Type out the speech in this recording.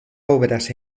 obras